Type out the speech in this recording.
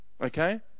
okay